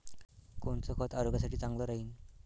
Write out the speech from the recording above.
कोनचं खत आरोग्यासाठी चांगलं राहीन?